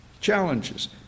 challenges